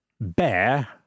bear